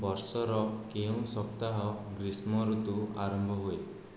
ବର୍ଷର କେଉଁ ସପ୍ତାହ ଗ୍ରୀଷ୍ମ ଋତୁ ଆରମ୍ଭ ହୁଏ